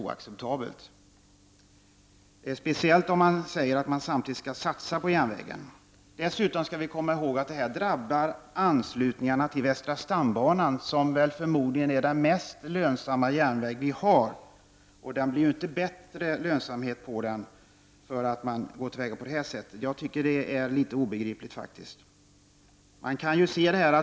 Det gäller särskilt som man säger att man samtidigt skall satsa på järnvägen. Dessutom drabbar detta anslutningarna till västra stambanan, som förmodligen är den mest lönsamma järnväg vi har. Den blir inte mera lönsam för att man går till väga på det här sättet. Jag tycker att detta är obegripligt.